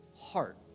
heart